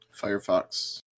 Firefox